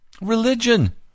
religion